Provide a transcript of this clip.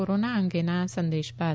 corona અંગેના આ સંદેશ બાદ